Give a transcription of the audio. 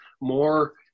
more